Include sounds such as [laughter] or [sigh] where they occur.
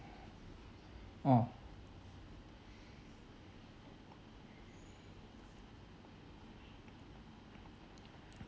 oh [breath]